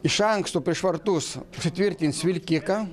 iš anksto prieš vartus įsitvirtins vilkiką